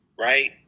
right